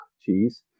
cheese